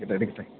ഇതെടുക്കട്ടെ